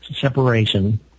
Separation